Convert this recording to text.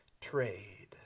trade